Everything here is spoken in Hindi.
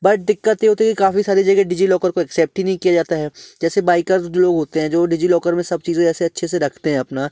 बट दिक़्क़त ये होती है कि काफ़ी सारी जगह डिजी लॉकर को ऐक्सेप्ट ही नहीं किया जाता है जैसे बाइकर्ज़ जो होते हैं जो डिजी लॉकर में सब चीज़ें ऐसे अच्छे से रखते हैं अपना